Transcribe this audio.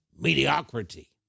mediocrity